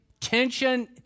Tension